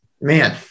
Man